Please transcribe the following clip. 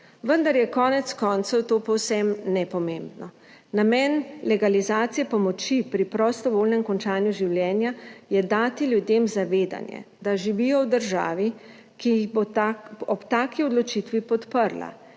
vendar je konec koncev to povsem nepomembno. Namen legalizacije pomoči pri prostovoljnem končanju življenja je dati ljudem zavedanje, da živijo v državi, ki jih bo ob taki odločitvi podprla